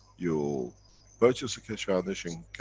you purchase the keshe foundation co.